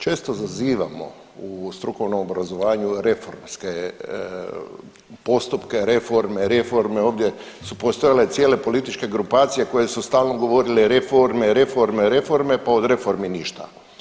Često zazivamo u strukovnom obrazovanju reformske postupke, reforme, reforme, ovdje su postojale cijele političke grupacije koje su stalno govorile reforme, reforme, reforme, pa od reformi ništa.